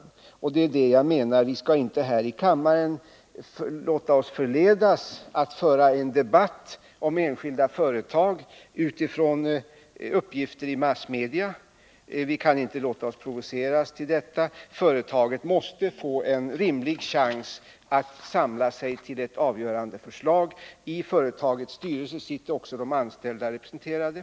Det är därför som jag menar att vi inte skall låta oss förledas eller provoceras att föra en debatt här i kammaren om enskilda företag utifrån uppgifter i massmedia. Företaget måste få en rimlig chans att samla sig till ett avgörande förslag. I företagets styrelse sitter ju också de anställdas representanter.